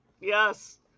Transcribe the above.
Yes